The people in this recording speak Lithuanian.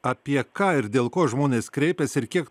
apie ką ir dėl ko žmonės kreipiasi ir kiek